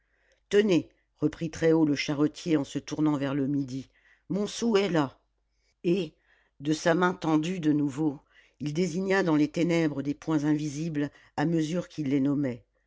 tenez reprit très haut le charretier en se tournant vers le midi montsou est là et de sa main tendue de nouveau il désigna dans les ténèbres des points invisibles à mesure qu'il les nommait